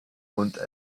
und